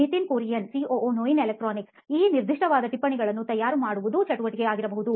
Nitin Kurian COO ನೋಯಿನ್ electronics ಈ ನಿರ್ದಿಷ್ಟವಾದ ಟಿಪ್ಪಣಿಗಳನ್ನೂ ತಯಾರು ಮಾಡುವುದು ಚಟುವಟಿಕೆಯಾಗಿರಬಹುದು